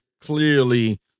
clearly